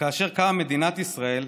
וכאשר קמה מדינת ישראל,